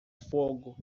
fogo